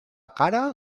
cara